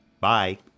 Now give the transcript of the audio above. bye